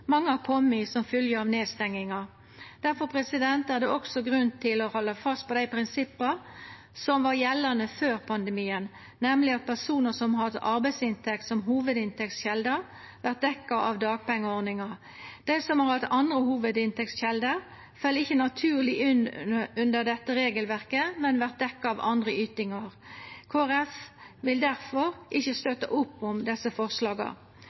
mange har kome i som fylgje av nedstenginga. Difor er det også grunn til å halda fast ved dei prinsippa som var gjeldande før pandemien, nemleg at personar som har hatt arbeidsinntekt som hovudinntektskjelde, vert dekte av dagpengeordninga. Dei som har hatt andre hovudinntektskjelder, fell ikkje naturleg inn under dette regelverket, men vert dekte av andre ytingar. Kristeleg Folkeparti vil difor ikkje støtta opp om desse forslaga.